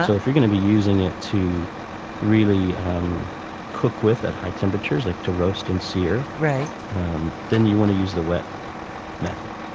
so if you're going to be using it to really um cook with at high temperatures, like to roast and sear, um then you want to use the wet method.